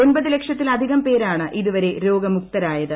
ഒൻപത് ലക്ഷത്തിലധികം പേരാണ് ഇതുവരെ രോഗമുക്തരായത്